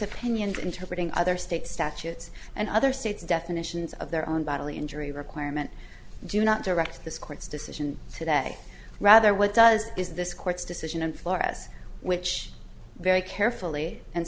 opinion interpreting other state statutes and other states definitions of their own bodily injury requirement do not direct this court's decision today rather what does is this court's decision in fluoresce which very carefully and